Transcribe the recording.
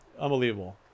Unbelievable